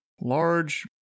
large